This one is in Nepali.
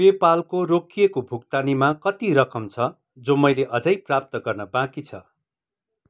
पे पालको रोकिएको भुक्तानीमा कति रकम छ जो मैले अझै प्राप्त गर्न बाँकी छ